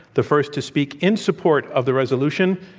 the first to speak in support of the resolution,